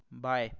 बाएँ